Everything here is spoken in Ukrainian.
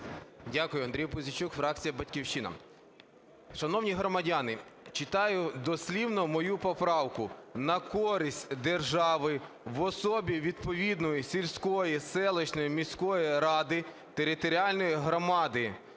Дякую. Андрій Пузійчук, фракція "Батьківщина". Шановні громадяни, читаю дослівно мою поправку: "На користь держави в особі відповідної сільської, селищної, міської ради територіальної громади,